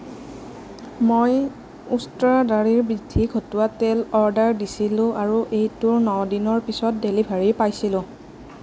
মই উষ্ট্ৰা দাড়়ি বৃদ্ধি ঘটোৱা তেল অৰ্ডাৰ দিছিলোঁ আৰু এইটোৰ ন দিনৰ পাছত ডেলিভাৰী পাইছিলোঁ